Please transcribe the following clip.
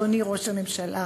אדוני ראש הממשלה,